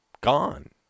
gone